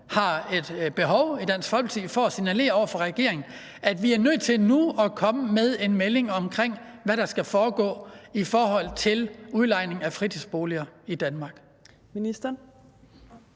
har et behov i Dansk Folkeparti for at signalere over for regeringen, at man nu er nødt til at komme med en melding om, hvad der skal foregå i forhold til udlejning af fritidsboliger i Danmark.